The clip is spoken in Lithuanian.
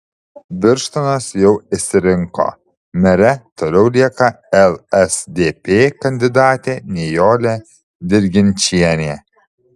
birštonas jau išsirinko mere toliau lieka lsdp kandidatė nijolė dirginčienė